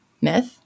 myth